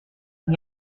n’y